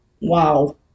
wow